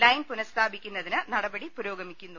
line പുനഃസ്ഥാപിക്കുന്നതിന് നടപടി പുരോഗമിക്കുന്നു